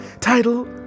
title